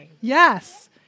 Yes